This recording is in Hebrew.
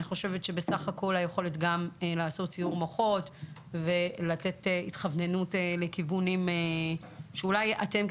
גם את היכולת לעשות סיעור מוחות ולתת התכווננות לכיוונים שאולי אתם,